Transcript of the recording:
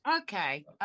okay